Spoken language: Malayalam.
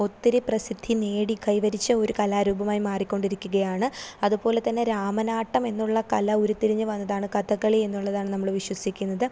ഒത്തിരി പ്രസിദ്ധി നേടി കൈ വരിച്ച ഒരു കലാരൂപമായി മാറിക്കൊണ്ടിരിക്കുകയാണ് അതു പോലെതന്നെ രാമനാട്ടം എന്നുള്ള കല ഉരുത്തിരിഞ്ഞ് വന്നതാണ് കഥകളിയെന്നുള്ളതാണ് നമ്മൾ വിശ്വസിക്കുന്നത്